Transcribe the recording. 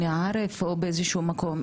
או באיזה שהוא מקום,